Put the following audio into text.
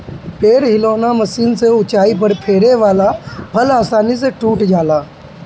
पेड़ हिलौना मशीन से ऊंचाई पर फरे वाला फल आसानी से टूट जाला